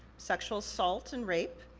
sexual assault and rape.